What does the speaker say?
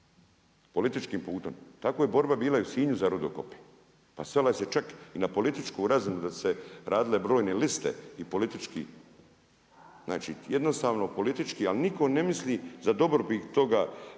političkim putem. Takva je borba bila i u Sinju za rudokop. Pa svela se čak i na političku razinu, da se radile brojne liste i politički, znači jednostavno politički. Ali nitko ne misli za dobrobit toga